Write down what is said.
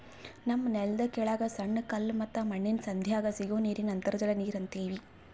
ನಮ್ಮ್ ನೆಲ್ದ ಕೆಳಗ್ ಸಣ್ಣ ಕಲ್ಲ ಮತ್ತ್ ಮಣ್ಣಿನ್ ಸಂಧ್ಯಾಗ್ ಸಿಗೋ ನೀರಿಗ್ ಅಂತರ್ಜಲ ನೀರ್ ಅಂತೀವಿ